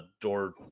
door